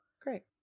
Great